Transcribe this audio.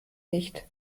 nicht